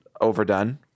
overdone